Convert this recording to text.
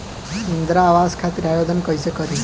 इंद्रा आवास खातिर आवेदन कइसे करि?